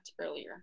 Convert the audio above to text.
earlier